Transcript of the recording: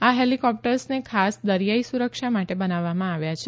આ હેલીકોપ્ટર્સને ખાસ દરિયાઇ સુરક્ષા માટે બનાવવામાં આવ્યા છે